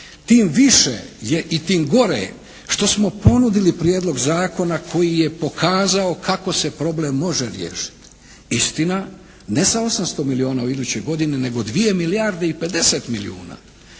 tim više je i tim gore je što smo ponudili prijedlog zakona koji je pokazao kako se problem može riješiti. Istina, ne sa 800 milijuna u idućoj godini nego 2 milijarde i 50 milijuna.